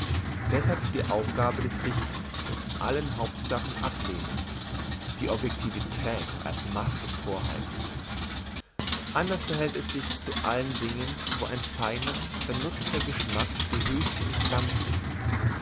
deshalb die aufgabe des richtens in allen hauptsachen ablehnend die objektivität als maske vorhaltend anders verhält er sich zu allen dingen wo ein feiner vernutzter geschmack die höchste instanz ist